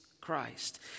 Christ